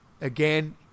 again –